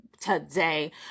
today